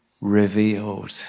revealed